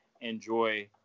enjoy